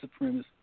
supremacist